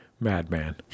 Madman